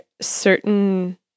certain